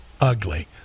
ugly